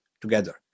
together